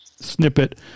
snippet